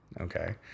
okay